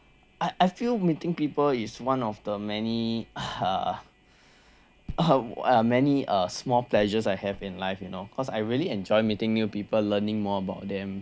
I I feel meeting people is one of the many uh many uh small pleasures I have in life you know cause I really enjoy meeting new people learning more about them